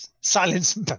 Silence